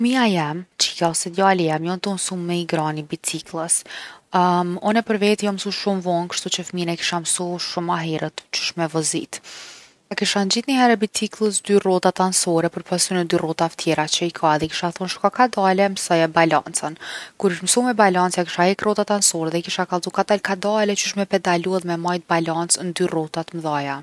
Fmija jem, qika ose djali jem, jon tu msu me i grah ni bicikllës. Unë për veti jom msu shumë vonë kshtuqe fmin e kisha msu shum’ ma herët qysh me vozit. Ja kisha ngjit nihere biciklles dy rrotat ansore përpos ktyne dy rrotave tjera që i ka edhe i kisha thonë shko kadale msoje balancën. Kur ish msu me balancë ja kisha hek rrotat anësore edhe i kisha kallzu kadal kadale qysh me pedalu edhe me majt balancë n’dy rrota t’mdhaja.